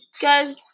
guys